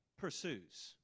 pursues